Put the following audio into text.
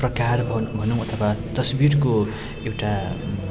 प्रकार भ भनौँ अथवा तस्विरको एउटा